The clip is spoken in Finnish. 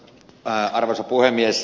arvoisa puhemies